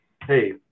Hey